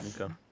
Okay